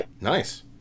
Nice